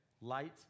light